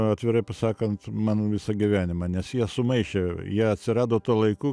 atvirai pasakant mano visą gyvenimą nes jie sumaišė jie atsirado tuo laiku